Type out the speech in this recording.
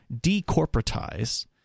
decorporatize—